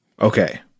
Okay